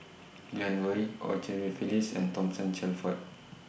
Glen Goei EU Cheng Li Phyllis and Thomason Shelford